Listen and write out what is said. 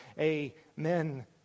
Amen